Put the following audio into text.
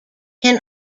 can